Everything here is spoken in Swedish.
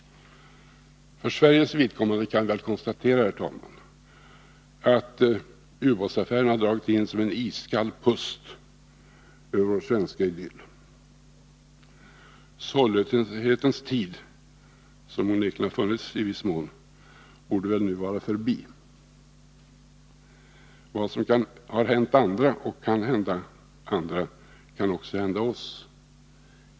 För Sveriges vidkommande kan man konstatera, herr talman, att ubåtsaffären har dragit in som en iskall pust över vår svenska idyll. Sorglöshetens tid, som onekligen har funnits i viss mån, borde väl nu vara förbi. Vad som har hänt andra och kan hända andra kan också hända oss.